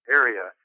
area